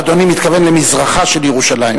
אדוני מתכוון למזרחה של ירושלים.